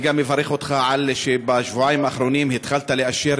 אני גם מברך אותך על כך שבשבועיים האחרונים התחלת לאשר